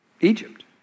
Egypt